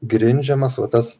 grindžiamas va tas